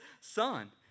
son